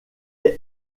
est